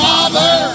Father